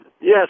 Yes